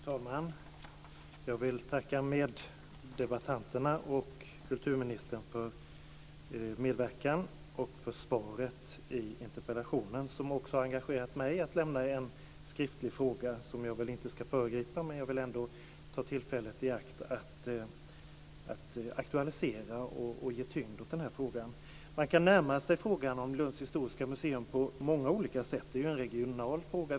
Fru talman! Jag vill tacka meddebattanterna för deras medverkan och kulturministern för svaret på interpellationen. Den har inspirerat mig att ställa en skriftlig fråga, som jag väl inte ska föregripa. Men jag vill ändå ta tillfället i akt att aktualisera och ge tyngd åt den här frågan. Man kan närma sig frågan om Lunds historiska museum på många olika sätt. Det är en regional fråga.